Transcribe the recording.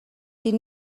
sie